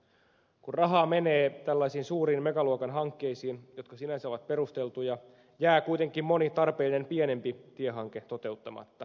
kun rahaa menee tällaisiin suuriin megaluokan hankkeisiin jotka sinänsä ovat perusteltuja jää kuitenkin moni tarpeellinen pienempi tiehanke toteuttamatta